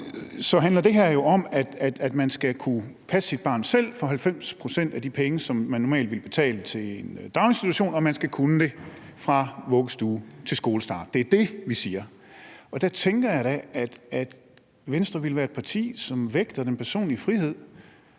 handler det her jo om, at man skal kunne passe sit barn selv for 90 pct. af det tilskud, som det offentlige normalt ville betale til en daginstitution, og man skal kunne det fra vuggestue til skolestart. Det er det, vi siger. Og der tænkte jeg da, at Venstre ville være et parti, som vægtede den personlige frihed